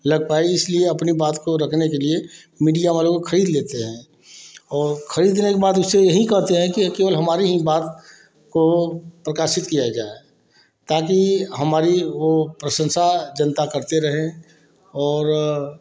लग पाए इसलिए अपनी बात को रखने के लिए मीडिया वालों को खरीद लेते हैं और खरीदने के बाद उसे यही कहते हैं केवल हमारी ही बात को प्रकाशित किया जाए ताकि हमारी वे प्रशंसा जनता करते रहे और